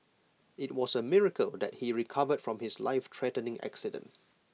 IT was A miracle that he recovered from his lifethreatening accident